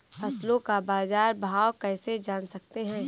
फसलों का बाज़ार भाव कैसे जान सकते हैं?